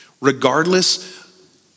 Regardless